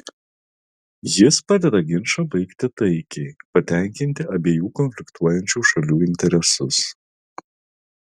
jis padeda ginčą baigti taikiai patenkinti abiejų konfliktuojančių šalių interesus